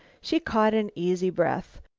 she caught an easy breath.